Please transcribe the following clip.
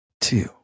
two